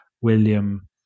William